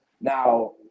Now